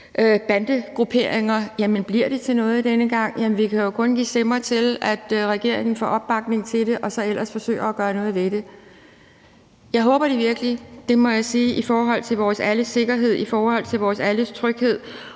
bandegrupperinger. Jamen bliver det til noget denne gang? Vi kan jo kun give stemmer til, at regeringen får opbakning til det, og så ellers forsøge at gøre noget ved det. Jeg håber det virkelig i forhold til vores alle sammens sikkerhed, i forhold til vores alle sammens